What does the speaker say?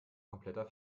kompletter